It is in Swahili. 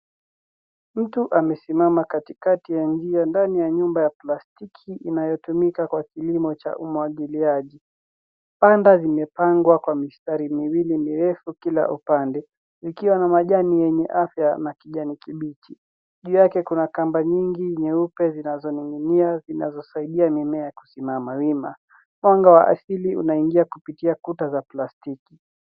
Mtu amesimama katikati ya njia ndani ya nyumba ya plastiki inayotumika kwa kilimo cha umwagiliaji. Panda zimepangwa kwa mistari miwili mirefu kila upande, ikiwa na majani yenye afya na kijani kibichi. Juu yake kuna kamba nyingi nyeupe zinazoning'inia zinazosaidia mimea kusimama wima. Mwanga wa asili unaingia kupitia kuta za plastiki.